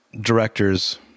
directors